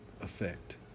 effect